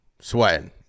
sweating